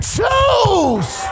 Choose